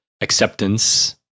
acceptance